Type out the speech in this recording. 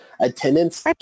Attendance